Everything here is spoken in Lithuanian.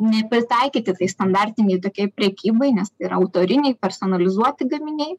nepritaikyti tai standartinei tokiai prekybai nes tai yra autoriniai personalizuoti gaminiai